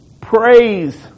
praise